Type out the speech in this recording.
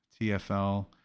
TFL